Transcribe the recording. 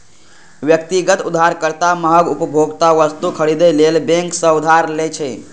व्यक्तिगत उधारकर्ता महग उपभोक्ता वस्तु खरीदै लेल बैंक सं उधार लै छै